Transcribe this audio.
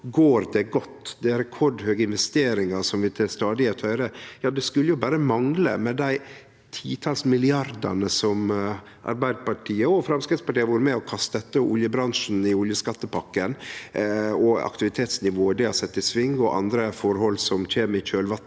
går det godt, at det er rekordhøge investeringar, som vi stadig høyrer. Det skulle jo berre mangle med dei titals milliardane Arbeidarpartiet – og Framstegspartiet – har vore med på å kaste etter oljebransjen i oljeskattepakka, aktivitetsnivået det har sett i sving, og andre forhold som kjem i kjølvatnet